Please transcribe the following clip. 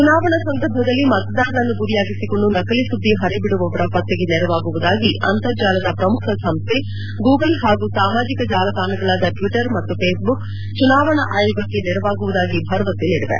ಚುನಾವಣಾ ಸಂದರ್ಭದಲ್ಲಿ ಮತದಾರರನ್ನು ಗುರಿಯಾಗಿಸಿಕೊಂಡು ನಕಲಿ ಸುದ್ಲಿ ಪರಿಬಿಡುವವರ ಪತ್ತೆಗೆ ನೆರವಾಗುವುದಾಗಿ ಅಂತರ್ಜಾಲದ ಪ್ರಮುಖ ಸಂಸ್ವ ಗೂಗಲ್ ಹಾಗೂ ಸಾಮಾಜಿಕ ಜಾಲತಾಣಗಳಾದ ಟ್ವಿಟರ್ ಮತ್ತು ಫೇಸ್ ಬುಕ್ ಚುನಾವಣಾ ಆಯೋಗಕ್ಕೆ ನೆರವಾಗುವುದಾಗಿ ಭರವಸೆ ನೀಡಿವೆ